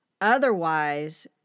Otherwise